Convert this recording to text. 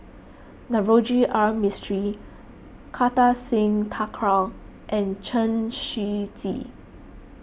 Navroji R Mistri Kartar Singh Thakral and Chen Shiji